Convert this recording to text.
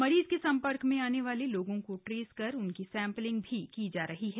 मरीज के संपर्क में आने वाले लोगों को ट्रेस कर उनली सैंम्पलिंग भी की जा रही है